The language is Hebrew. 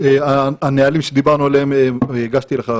את הנהלים שדיברנו עליהם הגשתי לך,